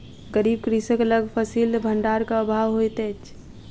गरीब कृषक लग फसिल भंडारक अभाव होइत अछि